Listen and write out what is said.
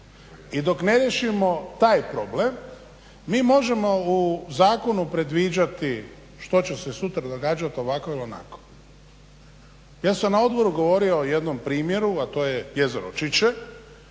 I dok ne riješimo taj problem mi možemo u zakonu predviđati što će se sutra događati ovako ili onako. Ja sam na odboru govorio o jednom primjeru, a to je jezero Čiče